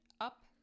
up